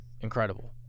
Incredible